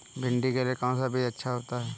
भिंडी के लिए कौन सा बीज अच्छा होता है?